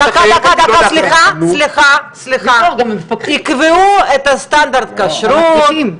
דקה, סליחה, יקבעו את סטנדרט הכשרות.